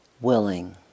willing